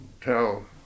tell